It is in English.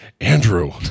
Andrew